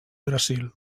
brasil